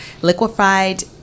liquefied